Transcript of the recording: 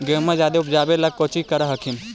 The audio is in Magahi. गेहुमा जायदे उपजाबे ला कौची कर हखिन?